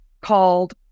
called